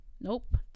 nope